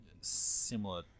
similar